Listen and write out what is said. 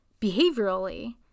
behaviorally